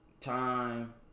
time